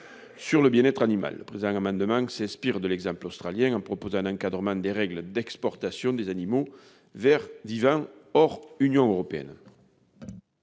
sur le bien-être animal. Le présent amendement s'inspire de l'exemple australien, en prévoyant un encadrement des règles d'exportation des animaux vivants vers des pays hors de l'Union européenne.